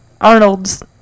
Arnold's